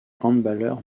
handballeur